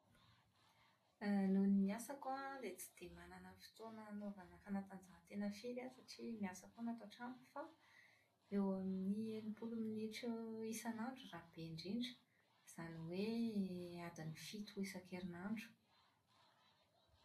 > Noho ny asako an, dia tsy dia manana fotoana hanaovana fanatanjahatena firy aho satria miasa foana ato an-trano fa eo amin'ny enimpolo minitra isanandro raha be indrindra, izany hoe adiny fito isan-kerinandro.